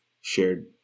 shared